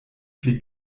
pli